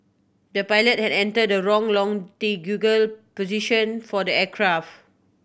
the pilot had entered the wrong longitudinal position for the aircraft